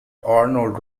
arnold